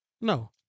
No